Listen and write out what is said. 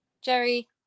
Jerry